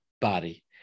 body